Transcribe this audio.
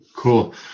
Cool